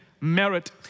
merit